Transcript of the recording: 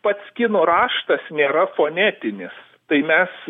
pats kinų raštas nėra fonetinis tai mes